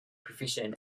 profession